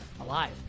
alive